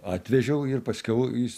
atvežiau ir paskiau jis